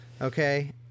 Okay